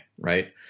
right